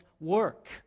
work